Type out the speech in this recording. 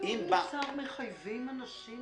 עוד מוצר מחייבים אנשים